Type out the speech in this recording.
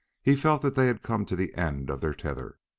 he felt that they had come to the end of their tether.